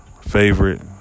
favorite